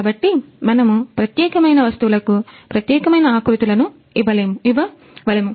కాబట్టి మనము ప్రత్యేకమైన వస్తువులకు ప్రత్యేకమైన ఆకృతులను ఇవ్వవలెము